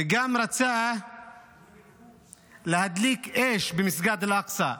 וגם רצה להדליק אש במסגד אל-אקצא,